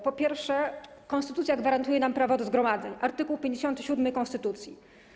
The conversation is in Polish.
Po pierwsze, konstytucja gwarantuje nam prawo do zgromadzeń - art. 57 konstytucji.